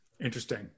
Interesting